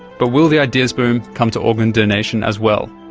but will the ideas boom comes to organ donation as well?